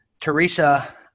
Teresa